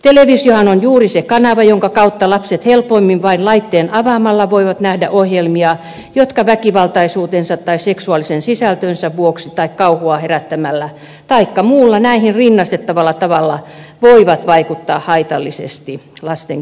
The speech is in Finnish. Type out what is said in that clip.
televisiohan on juuri se kanava jonka kautta lapset helpoimmin vain laitteen avaamalla voivat nähdä ohjelmia jotka väkivaltaisuutensa tai seksuaalisen sisältönsä vuoksi tai kauhua herättämällä taikka muulla näihin rinnastettavalla tavalla voivat vaikuttaa haitallisesti lasten kehitykseen